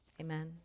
Amen